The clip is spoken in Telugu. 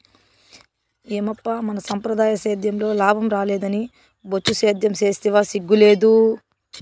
ఏమప్పా మన సంప్రదాయ సేద్యంలో లాభం రాలేదని బొచ్చు సేద్యం సేస్తివా సిగ్గు లేదూ